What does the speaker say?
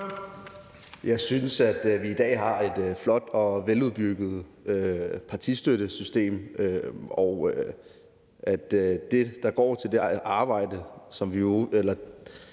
Jeg synes, at vi i dag har et flot og veludbygget partistøttesystem, der går til alt det arbejde, som vi